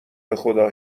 بخدا